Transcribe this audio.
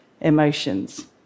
emotions